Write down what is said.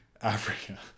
Africa